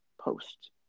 post